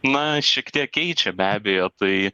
na šiek tiek keičia be abejo tai